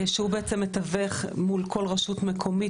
שהוא בעצם מתווך מול כל רשות מקומית,